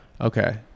Okay